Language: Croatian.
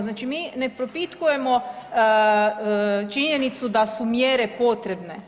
Znači mi ne propitkujemo činjenicu da su mjere potrebne.